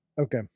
Okay